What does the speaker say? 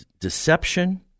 deception